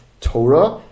Torah